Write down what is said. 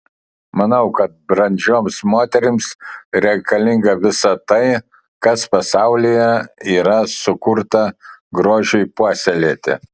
manau kad brandžioms moterims reikalinga visa tai kas pasaulyje yra sukurta grožiui puoselėti